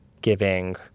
giving